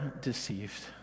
deceived